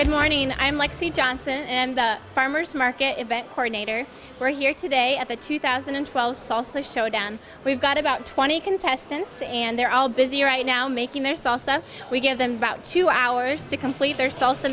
good morning i'm like c johnson and the farmer's market event coordinator we're here today at the two thousand and twelve salsa showdown we've got about twenty contestants and they're all busy right now making their salsa we give them about two hours to complete their salsa